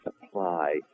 supply